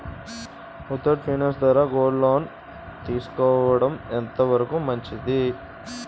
Muthoot finance ద్వారా gold loan తీసుకోవడం ఎంత వరకు మంచిది?